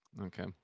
Okay